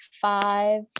five